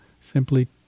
simply